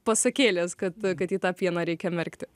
pasakėlės kad kad į tą pieną reikia merkti